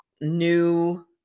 new